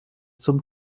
zum